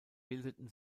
bildeten